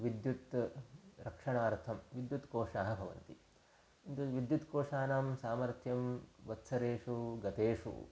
विद्युत् रक्षणार्थं विद्युत्कोषाः भवन्ति यद् विद्युत्कोषानां सामर्थ्यं वत्सरेषु गतेषु